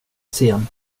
sen